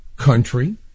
Country